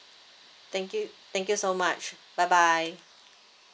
thank you thank you so much bye bye